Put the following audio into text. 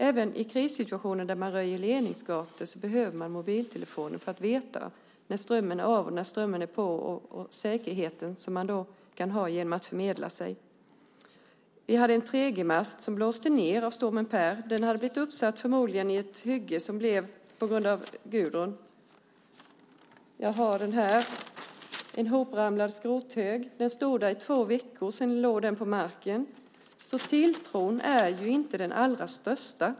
Även i krissituationer där man röjer ledningsgator behöver man mobiltelefonen för att veta när strömmen är av och när strömmen är på och den säkerhet som man då kan ha genom att kunna meddela sig. Vi hade en 3 G-mast som blåste ned i stormen Per. Den hade förmodligen blivit uppsatt i ett hygge som uppstod på grund av Gudrun. Jag har den här i tidningen, en ihopramlad skrothög. Den stod där i två veckor. Sedan låg den på marken. Så tilltron är ju inte den allra största.